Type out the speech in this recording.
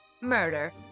murder